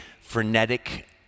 frenetic